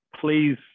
please